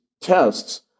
tests